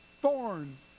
Thorns